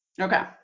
okay